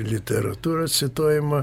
literatūra cituojama